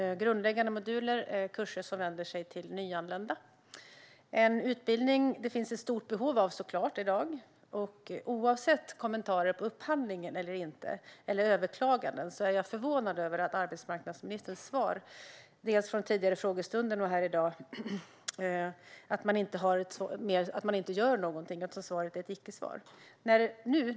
Grundläggande moduler är kurser som vänder sig till nyanlända - en utbildning som det finns stort behov av i dag, såklart. Och oavsett kommentarer om upphandlingen eller överklaganden är jag förvånad över arbetsmarknadsministerns svar, vid den tidigare frågestunden och här i dag. Man gör ingenting, och svaret är ett icke-svar.